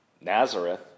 Nazareth